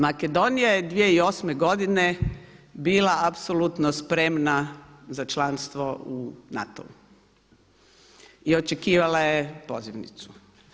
Makedonija je 2008. godine bila apsolutno spremna za članstvo u NATO-u i očekivala je pozivnicu.